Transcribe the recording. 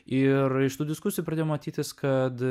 ir iš tų diskusijų pradėjo matytis kad